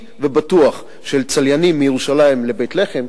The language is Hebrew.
ובטוח של צליינים מירושלים לבית-לחם,